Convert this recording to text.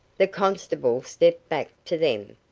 the constable stepped back to them,